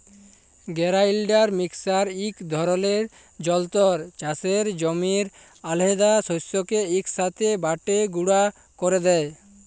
grinder mixer ইক ধরলের যল্তর চাষের জমির আলহেদা শস্যকে ইকসাথে বাঁটে গুঁড়া ক্যরে দেই